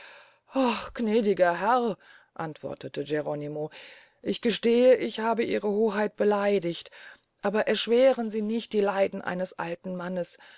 gnädiger herr antwortete geronimo ich gestehe ich habe ihre hoheit beleidigt aber erschweren sie nicht die leiden eines alten mannes